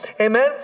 Amen